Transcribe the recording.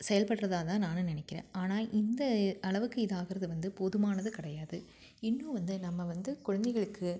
செயல்படுறதா தான் நானும் நினைக்கிறேன் ஆனால் இந்த அளவுக்கு இது ஆகுறது வந்து போதுமானது கிடையாது இன்னும் வந்து நம்ம வந்து குழந்தைகளுக்கு